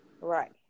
Right